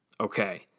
okay